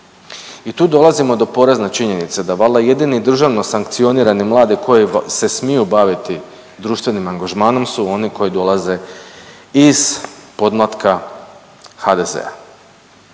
I tu dolazimo do porazne činjenice da valjda jedini državno sankcionirani mladi koji se smiju baviti društvenim angažmanom su oni koji dolaze iz podmlatka HDZ-a.